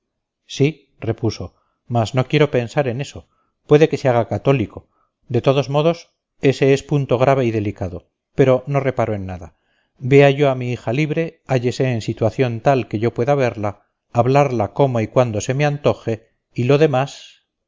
sí repuso mas no quiero pensar en eso puede que se haga católico de todos modos ese es punto grave y delicado pero no reparo en nada vea yo a mi hija libre hállese en situación tal que yo pueda verla hablarla como y cuando se me antoje y lo demás